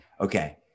okay